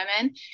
women